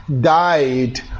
died